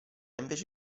invece